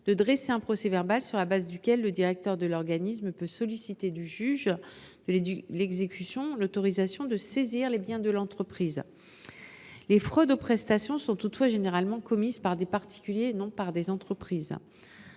de dresser un procès verbal sur le fondement duquel le directeur de l’organisme peut solliciter du juge de l’exécution l’autorisation de la saisie des biens de l’entreprise. Les fraudes aux prestations sont toutefois commises le plus souvent non par des entreprises,